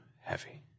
heavy